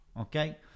Okay